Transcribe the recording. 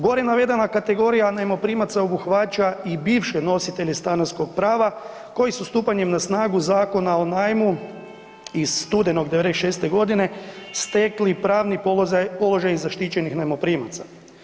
Gore navedena kategorija najmoprimaca obuhvaća i bivše nositelje stanarskog prava koji su stupanjem na snagu zakona o najmu iz studenog '96. g. stekli pravni položaj zaštićenih najmoprimaca.